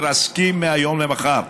מתרסקים מהיום למחר,